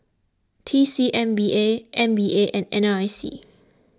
T C M P B M P A and N R I C